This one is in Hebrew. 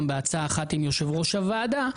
גם בעצה אחת עם יושב ראש הוועדה,